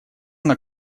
она